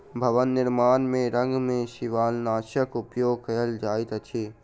भवन निर्माण में रंग में शिवालनाशक उपयोग कयल जाइत अछि